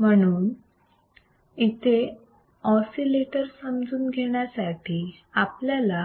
म्हणून येथे ऑसिलेटर समजून घेण्यासाठी आपल्याला